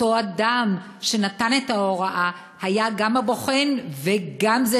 אותו אדם שנתן את ההוראה היה גם הבוחן וגם זה